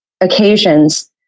occasions